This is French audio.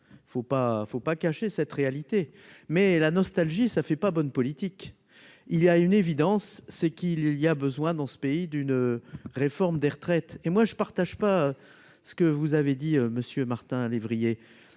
pas faut pas cacher cette réalité, mais la nostalgie, ça ne fait pas bonne politique il y a une évidence, c'est qu'il y a besoin dans ce pays d'une réforme des retraites, et moi je ne partage pas ce que vous avez dit monsieur Martin lévrier